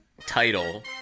title